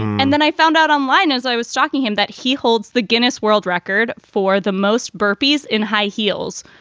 and then i found out online as i was stalking him that he holds the guinness world record for the most burpees in high heels,